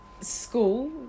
school